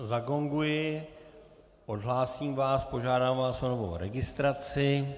Zagonguji, odhlásím vás, požádám vás o novou registraci.